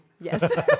Yes